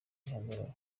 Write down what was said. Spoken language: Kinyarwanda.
rihagarara